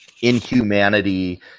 inhumanity